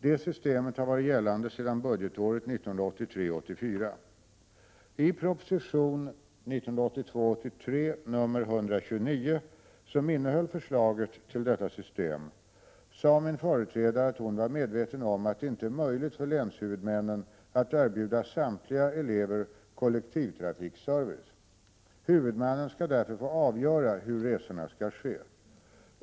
Det systemet har varit gällande sedan budgetåret 1983 83:129, som innehöll förslaget till detta system, sade min företrädare att hon var medveten om att det inte är möjligt för länshuvudmännen att erbjuda samtliga elever kollektivtrafikservice. Huvudmannen skall därför få avgöra hur resorna skall ske.